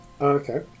Okay